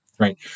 Right